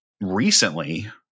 recently